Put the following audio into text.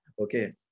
okay